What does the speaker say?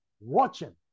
watching